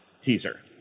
teaser